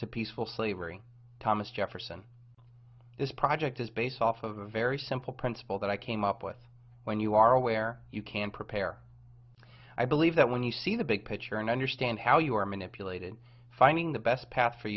to peaceful slavery thomas jefferson this project is based off of a very simple principle that i came up with when you are aware you can prepare i believe that when you see the big picture and understand how you are manipulated finding the best path for